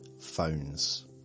phones